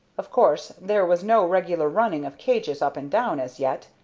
of course there was no regular running of cages up and down as yet,